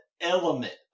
element